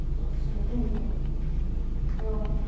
success ମଧ୍ୟ ହୋଇଥାନ୍ତି ଏବଂ